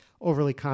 overly